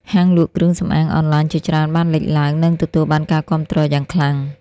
ហាងលក់គ្រឿងសម្អាងអនឡាញជាច្រើនបានលេចឡើង និងទទួលបានការគាំទ្រយ៉ាងខ្លាំង។